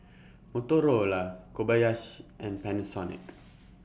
Motorola Kobayashi and Panasonic